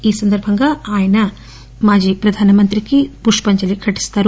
ఈ సందర్భంగా ఆయన మాజీ ప్రధాన మంత్రికి పుష్పంజలి ఘటిస్తారు